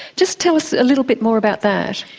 just tell us a little bit more about that.